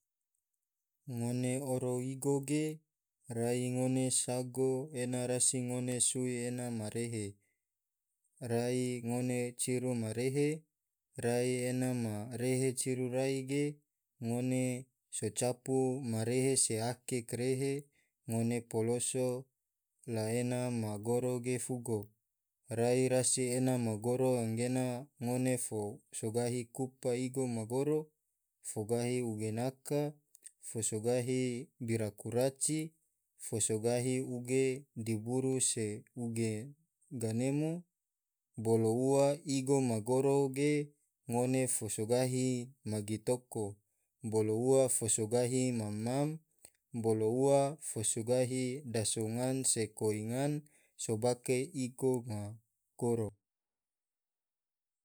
Ngone oro igo ge rai ngone sago ena rasi ngone sui ena ma rehe rai ngone ciru marehe rai ena ma rehe ciru rai ge ngone so capu marehe se ake krehe ngone poloso la ena ma goro ge fugo rai rasi ena ma goro anggena ngone fo so gahi kupa igo ma goro fo gahi uge naka, fo so gahi bira kuraci, fo sogahi uge diburu, se uge ganemo, bolo ua igo ma goro ge ngone fo sogahi magi toko, bolo ua fo sogahi mam-mam, bolo ua fo sogahi dasu ngan, se koi ngan, sobake igo ma goro.